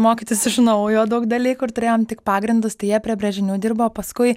mokytis iš naujo daug dalykų ir turėjom tik pagrindus tai jie prie brėžinių dirbo o paskui